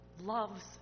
loves